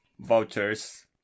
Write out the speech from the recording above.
vouchers